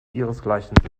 ihresgleichen